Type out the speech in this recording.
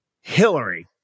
Hillary